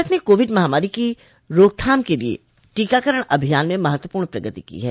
भारत ने कोविड महामारी की रोकथाम के लिए टीकाकरण अभियान में महत्वपूर्ण प्रगति की है